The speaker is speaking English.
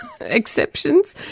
exceptions